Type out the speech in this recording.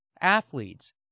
athletes